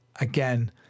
again